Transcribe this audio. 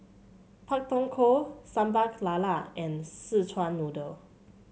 Pak Thong Ko Sambal Lala and Szechuan Noodle